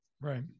Right